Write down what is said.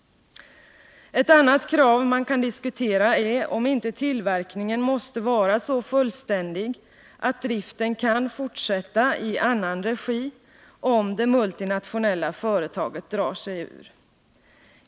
Ett annat krav man kan diskutera är om inte tillverkningen måste vara så fullständig att driften kan fortsätta i annan regi, om det multinationella företaget drar sig ur.